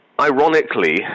ironically